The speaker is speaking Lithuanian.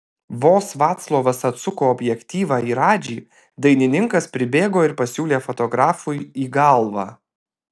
vos vaclovas atsuko objektyvą į radžį dainininkas pribėgo ir pasiūlė fotografui į galvą